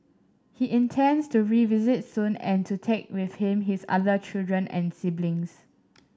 he intends to revisit soon and to take with him his other children and siblings